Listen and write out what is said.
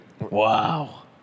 Wow